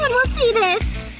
and will see this!